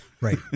Right